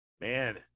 Man